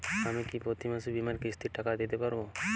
আমি কি প্রতি মাসে বীমার কিস্তির টাকা দিতে পারবো?